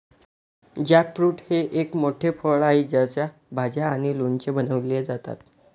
jackfruit हे एक मोठे फळ आहे ज्याच्या भाज्या आणि लोणचे बनवले जातात